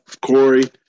Corey